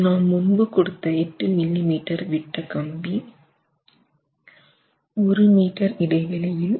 நாம் முன்பு கொடுத்த 8 மில்லிமீட்டர் விட்ட கம்பி 1 மீட்டர் இடைவெளியில் 0